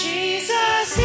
Jesus